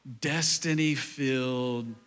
destiny-filled